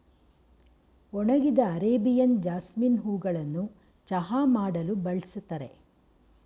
ಒಣಗಿದ Arabian jasmine ಹೂಗಳನ್ನು ಚಹಾ ಮಾಡಲು ಬಳ್ಸತ್ತರೆ